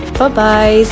Bye-bye